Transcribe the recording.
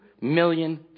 million